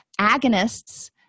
Agonists